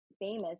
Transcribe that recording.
famous